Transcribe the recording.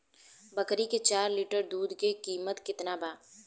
बकरी के चार लीटर दुध के किमत केतना बा?